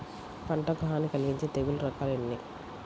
పంటకు హాని కలిగించే తెగుళ్ల రకాలు ఎన్ని?